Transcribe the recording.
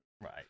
right